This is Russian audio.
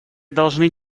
должны